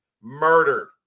Murdered